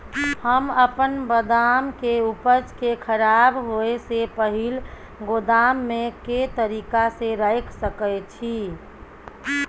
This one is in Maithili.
हम अपन बदाम के उपज के खराब होय से पहिल गोदाम में के तरीका से रैख सके छी?